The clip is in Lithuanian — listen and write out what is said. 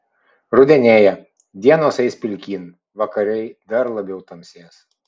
rudenėja dienos eis pilkyn vakarai dar labiau tamsės